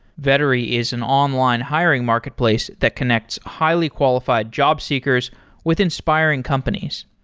vettery is an online hiring marketplace that connects highly qualified job seekers with inspiring companies.